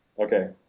Okay